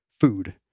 food